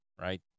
right